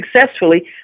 successfully